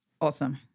Awesome